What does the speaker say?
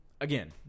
again